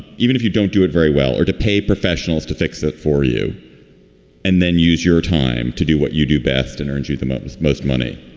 even if you don't do it very well, or to pay professionals to fix it for you and then use your time to do what you do best and earns you the most most money?